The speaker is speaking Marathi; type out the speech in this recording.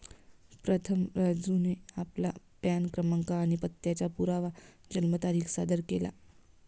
प्रथम राजूने आपला पॅन क्रमांक आणि पत्त्याचा पुरावा जन्मतारीख सादर केला